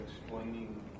explaining